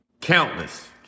Countless